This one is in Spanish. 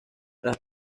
las